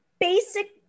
basic